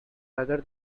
rather